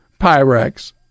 Pyrex